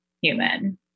human